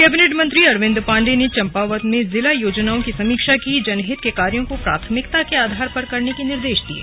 cabinet मंत्री अरविंद पांडेय ने चंपावत में जिला योजनाओं की समीक्षा कीजनहित के कार्यो को प्राथमिकता के आधार पर करने के निर्देश दिये